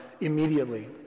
immediately